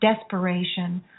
desperation